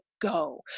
go